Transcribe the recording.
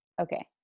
Okay